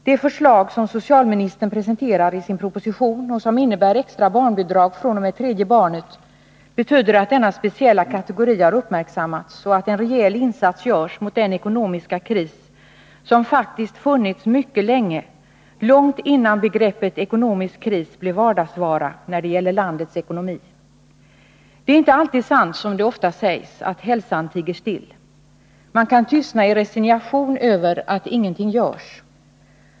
Det förslag som socialministern presenterar i sin proposition och som innebär extra barnbidrag fr.o.m. tredje barnet betyder att denna speciella kategori har uppmärksammats och att en rejäl insats görs mot den ekonomiska kris som faktiskt funnits mycket länge, långt innan begreppet ekonomisk kris blev vardagsvara när det gäller landets ekonomi. Det är inte alltid sant, som det ofta sägs, att hälsan tiger still. Man kan tystna i resignation över att ingenting görs.